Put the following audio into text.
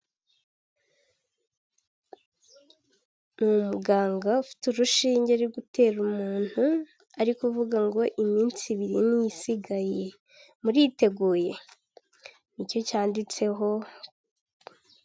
Ni umuganga ufite urushinge ari gutera umuntu ariko kuvuga ngo iminsi ibiri niyo isigaye muriteguye, nicyo cyanditseho.